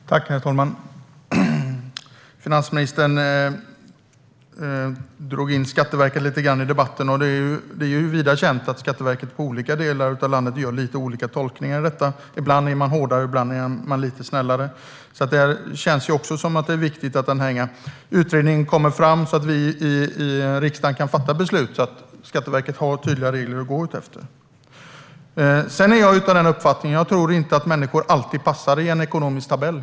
Herr talman! Finansministern drog in Skatteverket i debatten. Det är vida känt att Skatteverket gör olika tolkningar i olika delar av landet - ibland är man hårdare och ibland lite snällare. Det känns därför viktigt att utredningen kommer fram så att vi kan fatta beslut i riksdagen och ge Skatteverket tydliga regler att gå efter. Jag är av den uppfattningen att människor inte alltid passar in i en ekonomisk tabell.